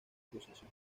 acusación